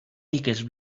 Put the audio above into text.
digues